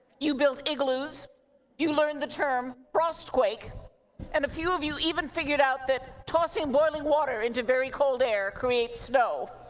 you built igloos learned the term frost quake and a few of you even figured out that tossing boiling water into very cold air creates snow.